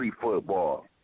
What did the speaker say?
football